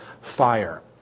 fire